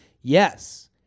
Yes